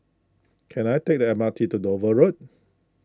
can I take the M R T to Dover Road